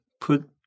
put